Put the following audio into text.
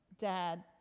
dad